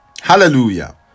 Hallelujah